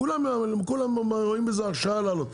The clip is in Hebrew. כולם מעלים כי זו הרשאה להעלות.